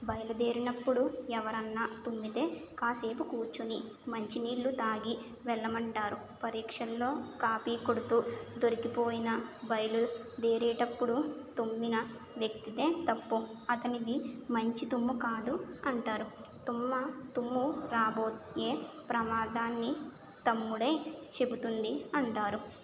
బయలుదేరినప్పుడు ఎవరైనా తుమ్మితే కాసేపు కూర్చొని మంచినీళ్ళు తాగి వెళ్ళమంటారు పరీక్షల్లో కాపీ కొడుతూ దొరికిపోయిన బయలుదేరేటప్పుడు తుమ్మిన వ్యక్తిదే తప్పు అతనిది మంచి తుమ్ము కాదు అంటారు తుమ్మ తుమ్ము రాబోయే ప్రమాదాన్ని తుమ్ముయే చెబుతుంది అంటారు